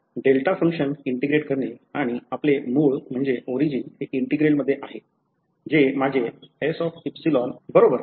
तर delta function integrate करणे आणि आपले मूळ म्हणजे ओरिजिनहे इंटीग्रल मध्ये आहे जे माझे बरोबर